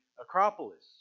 Acropolis